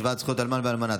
השוואת זכויות אלמן ואלמנה),